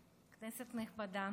אדוני היושב-ראש, כנסת נכבדה,